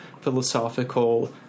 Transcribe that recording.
philosophical